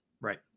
Right